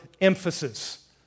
emphasis